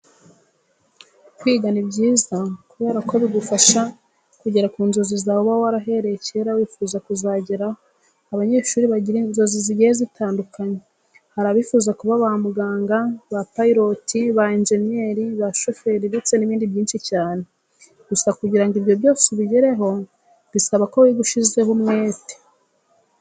Kwiga ni byiza kubera ko bigufasha kugera ku nzozi zawe uba warahereye kera wifuza kuzageraho. Abanyeshuri bagira inzozi zigiye zitandukanye, hari abifuza kuba ba muganga, ba payiroti, ba enjenyeri, ba shoferi ndetse n'ibindi byinshi cyane. Gusa kugira ngo ibyo byose ubigereho bisaba ko wiga ushyizeho umwete.